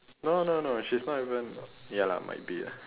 no no no she's not even ya lah might be ah